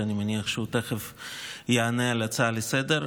שאני מניח שהוא תכף יענה על ההצעה לסדר-היום,